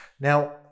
Now